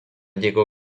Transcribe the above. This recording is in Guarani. jeko